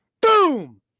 Boom